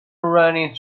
running